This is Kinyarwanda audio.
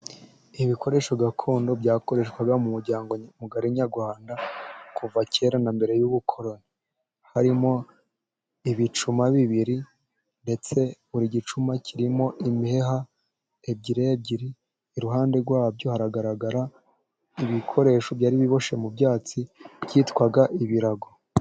Ibikoresho gakondo byakoreshwaga mu muryango mugari nyarwanda, kuva kera na mbere y'ubukoroni. Harimo ibicuma bibiri, ndetse buri gicuma kirimo imiheha ebyiri ebyiri. Iruhande rwabyo haragaragara ibikoresho byari biboshye mu byatsi byitwa ibirago.